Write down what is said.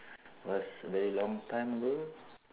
was very long time ago